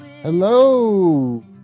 Hello